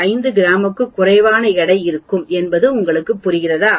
5 கிராமுக்கும் குறைவான எடை இருக்கும் என்பது உங்களுக்கு புரிகிறதா